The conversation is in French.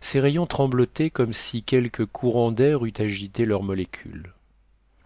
ces rayons tremblotaient comme si quelque courant d'air eût agité leurs molécules